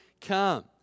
come